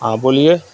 ہاں بولیے